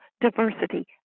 diversity